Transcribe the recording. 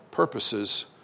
purposes